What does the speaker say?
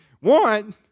One